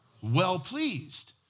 Well-pleased